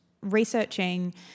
researching